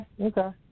Okay